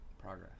progress